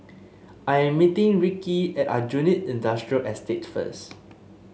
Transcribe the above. I'm meeting Rikki at Aljunied Industrial Estate first